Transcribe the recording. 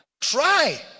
try